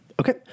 Okay